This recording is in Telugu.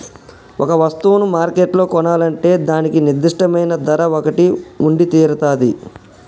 ఒక వస్తువును మార్కెట్లో కొనాలంటే దానికి నిర్దిష్టమైన ధర ఒకటి ఉండితీరతాది